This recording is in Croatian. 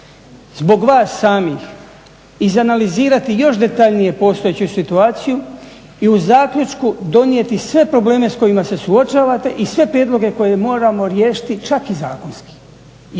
zbog vas samih izanalizirati još detaljnije postojeću situaciju i u zaključku donijeti sve probleme s kojima se suočavate i sve prijedloge koje moramo riješiti čak i zakonski